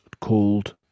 called